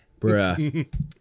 bruh